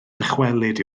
dychwelyd